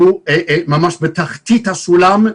היא ממש בתחתית הסולם.